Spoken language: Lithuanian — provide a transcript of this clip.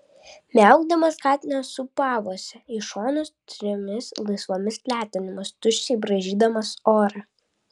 miaukdamas katinas sūpavosi į šonus trimis laisvomis letenomis tuščiai braižydamas orą